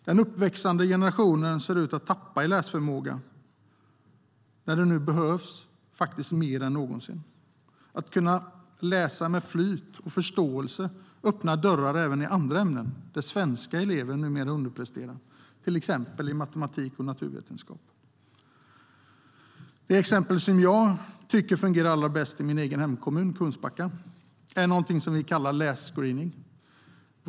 Den uppväxande generationen ser ut att tappa i läsförmåga, nu när den behövs mer än någonsin. Att kunna läsa med flyt och förståelse öppnar dörrar även i andra ämnen, där svenska elever numera underpresterar, till exempel matematik och naturvetenskap. Det exempel som jag tycker fungerar allra bäst i min hemkommun Kungsbacka är något som vi kallar lässcreening.